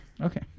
Okay